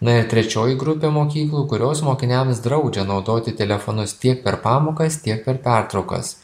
na ir trečioji grupė mokyklų kurios mokiniams draudžia naudoti telefonus tiek per pamokas tiek per pertraukas